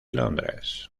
londres